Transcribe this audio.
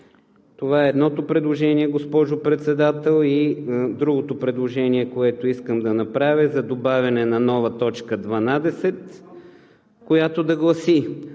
Това е едното предложение, госпожо Председател. И другото предложение, което искам да направя, е за добавяне на нова т. 12, която да гласи: